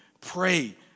pray